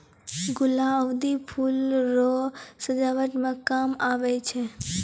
गुलदाउदी फूल रो सजावट मे काम आबै छै